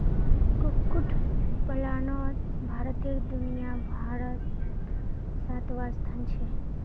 कुक्कुट पलानोत भारतेर दुनियाभारोत सातवाँ स्थान छे